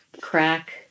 crack